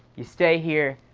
you stay here,